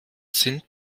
sind